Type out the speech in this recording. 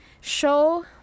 show